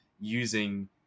using